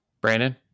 Brandon